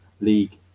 league